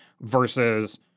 versus